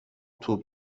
توپ